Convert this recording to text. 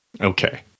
Okay